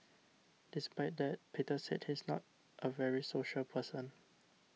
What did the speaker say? despite that Peter said he's not a very social person